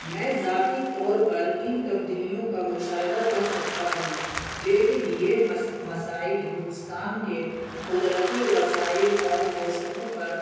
میں ذاتی طور پر ان تبدیلیوں کا مشاہدہ کر سکتا ہوں لیکن یہ مسائل ہندوستان کے قدرتی وسائل اور موسموں پر